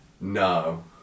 No